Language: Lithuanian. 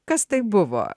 kas tai buvo